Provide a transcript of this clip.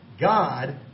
God